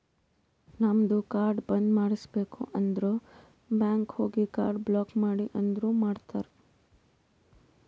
ನಮ್ದು ಕಾರ್ಡ್ ಬಂದ್ ಮಾಡುಸ್ಬೇಕ್ ಅಂದುರ್ ಬ್ಯಾಂಕ್ ಹೋಗಿ ಕಾರ್ಡ್ ಬ್ಲಾಕ್ ಮಾಡ್ರಿ ಅಂದುರ್ ಮಾಡ್ತಾರ್